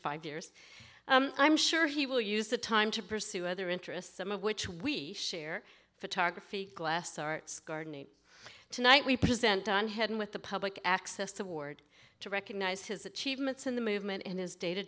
five years i'm sure he will use the time to pursue other interests some of which we share photography glass art tonight we present on heaven with the public access toward to recognize his achievements in the movement in his day to